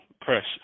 Pressure